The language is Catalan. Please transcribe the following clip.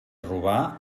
robar